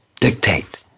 dictate